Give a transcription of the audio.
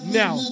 now